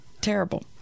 terrible